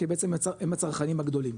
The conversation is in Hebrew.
כי בעצם הם הצרכנים הגדולים,